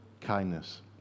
kindness